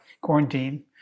quarantine